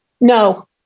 No